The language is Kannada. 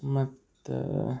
ಮತ್ತು